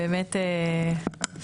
תודה על הדברים.